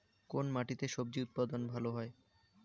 কোন মাটিতে স্বজি উৎপাদন ভালো হয়?